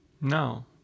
No